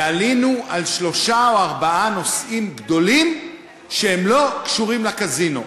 ועלינו על שלושה או ארבעה נושאים גדולים שאינם קשורים לקזינו.